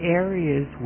areas